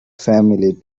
family